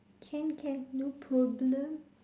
can can no problem